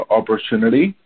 opportunity